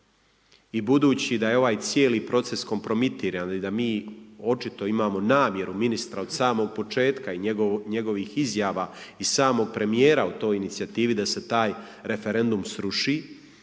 i budući da je ovaj cijeli proces kompromitiran i da mi očito imamo namjeru ministra od samog početka i njegovih izjava i samog premijera o toj inicijativi da se taj referendum sruši